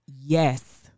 yes